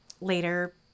later